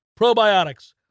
probiotics